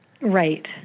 Right